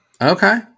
Okay